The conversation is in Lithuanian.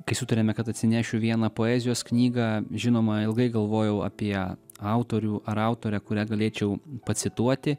kai sutariame kad atsinešiu vieną poezijos knygą žinoma ilgai galvojau apie autorių ar autorę kurią galėčiau pacituoti